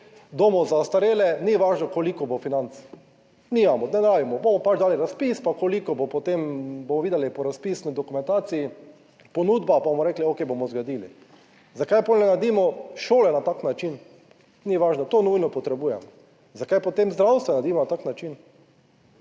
domov za ostarele, ni važno koliko bo financ, nimamo denarja, bomo pač dali razpis, pa koliko bo potem, bomo videli po razpisni dokumentaciji, ponudba, pa bomo rekli, okej, bomo zgradili. Zakaj potem ne naredimo šole na tak način? Ni važno, to nujno potrebujemo. Zakaj potem zdravstvo ne naredimo na tak način?